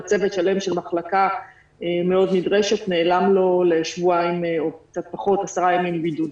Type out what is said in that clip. וצוות שלם של מחלקה מאוד נדרשת נעלם לו לשבועיים או 10 ימים בידוד,